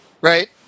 right